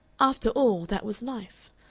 after all, that was life.